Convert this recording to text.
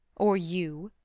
or you?